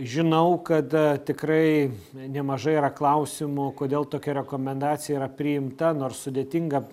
žinau kada tikrai nemažai yra klausimų kodėl tokia rekomendacija yra priimta nors sudėtinga